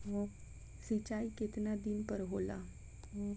सिंचाई केतना दिन पर होला?